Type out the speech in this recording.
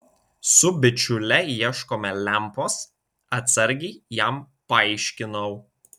su bičiule ieškome lempos atsargiai jam paaiškinau